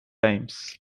times